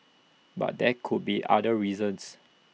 but there could be other reasons